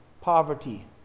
poverty